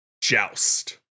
joust